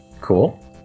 Cool